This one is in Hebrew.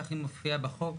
כך היא מופיעה בחוק.